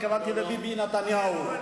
התכוונתי לביבי נתניהו.